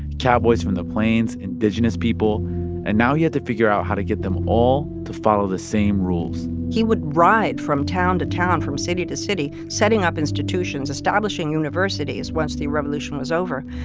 cowboys from the plains, indigenous people and now he had to figure out how to get them all to follow the same rules he would ride from town to town, from city to city setting up institutions, establishing universities once the revolution was over.